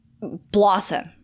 blossom